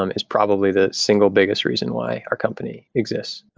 um it's probably the single biggest reason why our company exists.